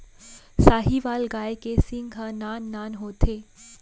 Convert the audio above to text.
साहीवाल गाय के सींग ह नान नान होथे